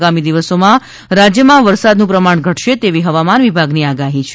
આગામી દિવસોમાં રાજ્યમાં વરસાદનું પ્રમાણ ઘટશે તેવી હવામાન વિભાગની આગાહી છે